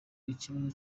ikibazo